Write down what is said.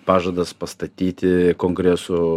pažadas pastatyti kongresų